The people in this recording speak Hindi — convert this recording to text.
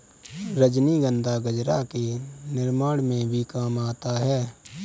रजनीगंधा गजरा के निर्माण में भी काम आता है